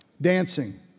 Dancing